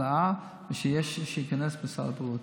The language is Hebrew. העלאה שתיכנס לסל הבריאות.